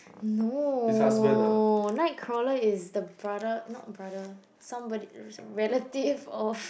no night crawler is the brother not brother somebody it's a relative of